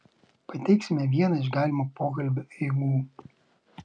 pateiksime vieną iš galimo pokalbio eigų